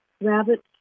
Rabbits